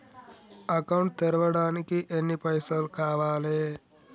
Account తెరవడానికి ఎన్ని పైసల్ కావాలే?